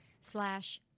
slash